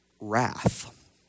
wrath